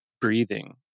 breathing